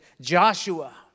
Joshua